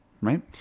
Right